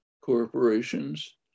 corporations